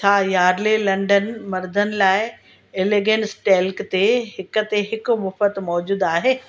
छा Yardley London मर्दनि लाइ एलेगन्स टैल्क ते हिक ते हिक मुफ़्ट मौजूदु आहे